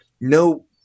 no